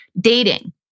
dating